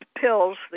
pills